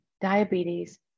Diabetes